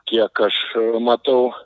kiek aš matau